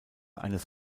eines